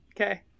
Okay